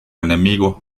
enemigo